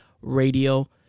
Radio